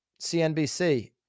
CNBC